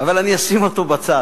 אבל אני אשים אותו בצד.